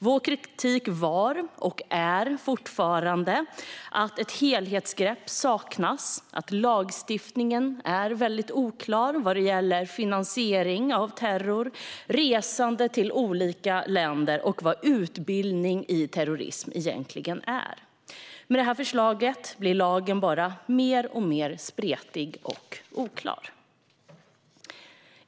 Vår kritik var, och är fortfarande, att ett helhetsgrepp saknas samt att lagstiftningen är väldigt oklar vad gäller finansiering av terror, resande till olika länder och vad utbildning i terrorism egentligen är. Med detta förslag blir lagen bara mer spretig och oklar.